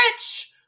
bitch